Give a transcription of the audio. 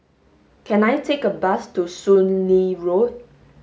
can I take a bus to Soon Lee Road